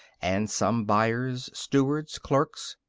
and some buyers, stewards, clerks.